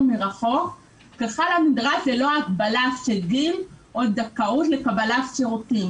מרחוק ככל הנדרש ללא הגבלה של גיל או זכאות לקבלת שירותים.